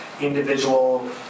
Individual